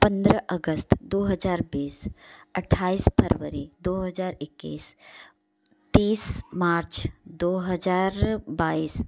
पंद्रह अगस्त दो हजार बीस अट्ठाईस फरवरी दो हजार इक्कीस तीस मार्च दो हजार बाईस